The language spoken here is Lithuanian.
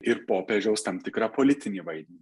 ir popiežiaus tam tikrą politinį vaidmenį